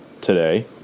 today